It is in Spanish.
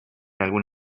algún